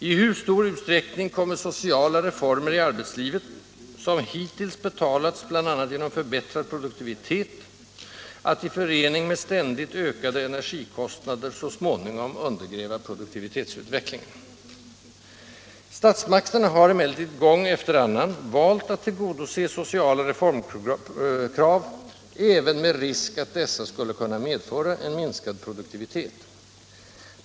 I hur stor utsträckning kommer sociala reformer i arbetslivet, som hittills betalats bl.a. genom förbättrad produktivitet, att — i förening med ständigt ökade energikostnader — så småningom undergräva produktivitetsutvecklingen? Statsmakterna har emellertid gång efter annan valt att tillgodose sociala reformkrav även med risk att dessa skulle kunna medföra en minskad produktivitet.